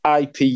IP